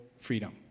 freedom